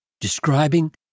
describing